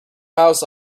house